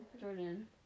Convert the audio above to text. jordan